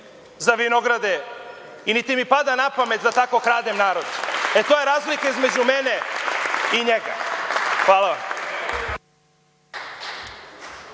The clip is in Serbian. za vinograde i niti mi pada na pamet da tako kradem narod. To je razlika između mene i njega. Hvala.